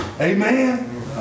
amen